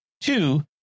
two